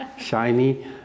shiny